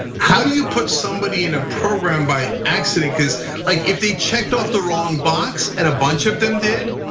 how do you put somebody in a program by accident, cuz like if they checked off the wrong box and a bunch of them did,